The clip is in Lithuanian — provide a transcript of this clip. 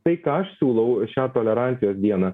tai ką aš siūlau šią tolerancijos dieną